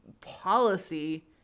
policy